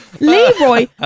Leroy